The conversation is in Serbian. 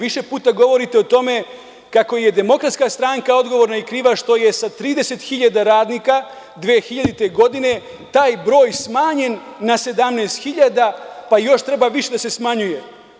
Više puta govorite o tome kako je DS odgovorna i kriva što je sa 30 hiljada radnika 2000. godine taj broj smanjen na 17 hiljada, pa još treba više da se smanjuje.